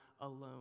alone